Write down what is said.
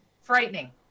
Frightening